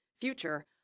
future